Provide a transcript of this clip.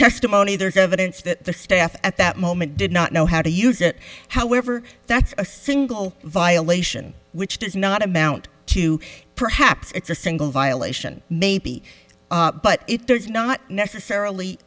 testimony there is evidence that the staff at that moment did not know how to use it however that's a single violation which does not amount to perhaps it's a single violation maybe but it does not necessarily